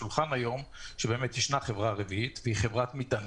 הם ישמרו את כוח האדם